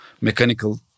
mechanical